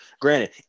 Granted